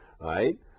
right